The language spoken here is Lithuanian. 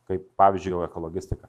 kaip pavyzdžiui ekologistika